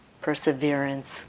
perseverance